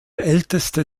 älteste